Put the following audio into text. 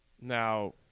now